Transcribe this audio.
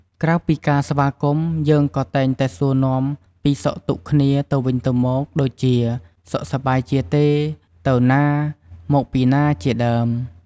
ក្រៅពីការស្វាគមន៍ យើងក៏តែងតែសួរនាំពីសុខទុក្ខគ្នាទៅវិញទៅមកដូចជា "សុខសប្បាយជាទេ?", "ទៅណា?", "មកពីណា?" ជាដើម។